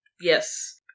Yes